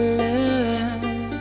love